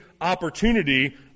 opportunity